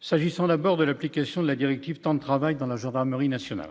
S'agissant d'abord de l'application de la directive temps de travail dans la gendarmerie nationale,